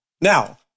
Now